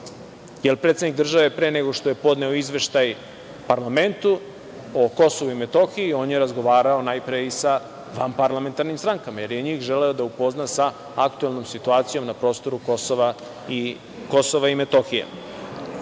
jer predsednik je pre nego što je podneo Izveštaj parlamentu o Kosovu i Metohiji, on je razgovarao najpre i sa vanparlamentarnim strankama, jer je i njih želeo da upozna sa aktuelnom situacijom na prostoru Kosova i Metohije. Dobro